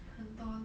很多